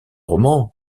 roman